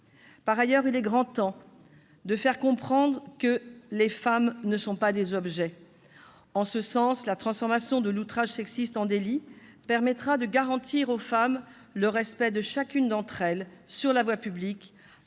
Par ailleurs, il est grand temps de faire comprendre que les femmes ne sont pas des objets. En ce sens, la transformation de l'outrage sexiste en délit permettra de garantir aux femmes le respect de chacune d'entre elles sur la voie publique,